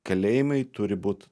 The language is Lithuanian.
kalėjimai turi būt